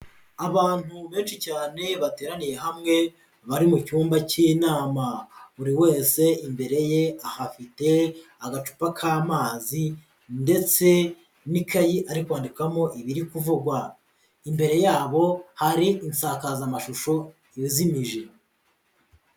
Abantu benshi cyane bateraniye hamwe, bari mu cyumba cy'inama, buri wese imbere ye ahafite agacupa k'amazi, ndetse n'ikayi ari kwandikamo ibiri kuvugwa, imbere yabo hari insakazamashusho izimije.